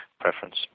preference